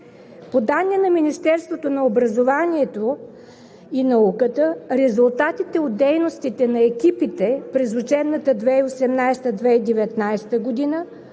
По данни на Министерството на образованието и науката резултатите от дейностите на екипите през учебната 2018 – 2019 г.